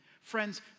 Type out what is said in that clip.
Friends